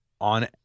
On